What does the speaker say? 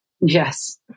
Yes